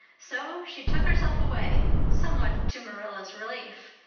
so she took herself away, somewhat to marilla's relief,